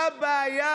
מה הבעיה,